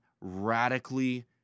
radically